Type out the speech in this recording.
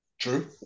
True